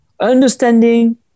Understanding